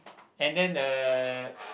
and then uh